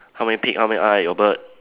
how many peak how many eye your bird